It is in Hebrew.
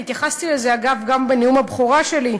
התייחסתי לזה, אגב, גם בנאום הבכורה שלי,